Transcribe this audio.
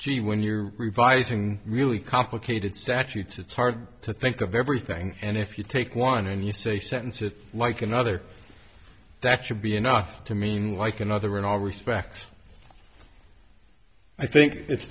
gee when you're revising really complicated statutes it's hard to think of everything and if you take one and you say sentences like another that should be enough to mean like another in all respects i think it's